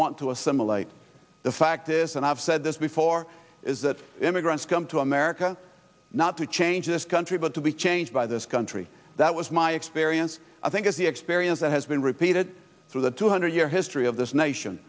want to assimilate the fact is and i've said this before is that immigrants come to america not to change this country but to be changed by this country that was my experience i think is the experience that has been repeated through the two hundred year history of this nation